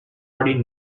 already